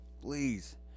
please